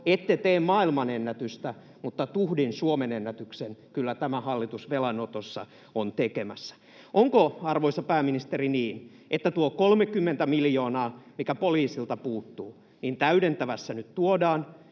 ette tee maailmanennätystä, mutta tuhdin Suomen ennätyksen kyllä tämä hallitus velanotossa on tekemässä. Onko, arvoisa pääministeri, niin, että tuo 30 miljoonaa, mikä poliisilta puuttuu, täydentävässä nyt tuodaan,